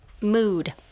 mood